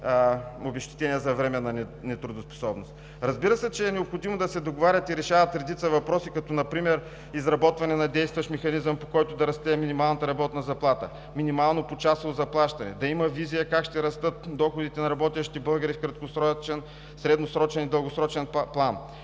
обезщетения за временна нетрудоспособност. Разбира се, че е необходимо да се договарят и решават редица въпроси, като например: изработване на действащ механизъм, по който да расте минималната работна заплата; минимално почасово заплащане; да има визия как ще растат доходите на работещите българи в краткосрочен, средносрочен и дългосрочен план;